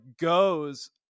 goes